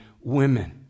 women